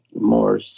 more